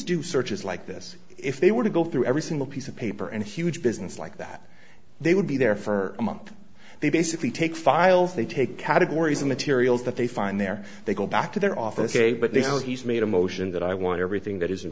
do searches like this if they were to go through every single piece of paper and a huge business like that they would be there for a month they basically take files they take categories of materials that they find there they go back to their office say but they say he's made a motion that i want everything that is